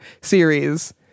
series